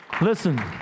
Listen